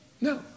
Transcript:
No